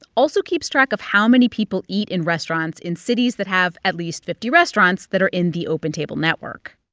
also keeps track of how many people eat in restaurants in cities that have at least fifty restaurants that are in the open table network.